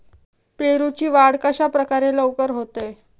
पेरूची वाढ कशाप्रकारे लवकर होते?